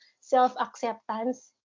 self-acceptance